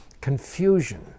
confusion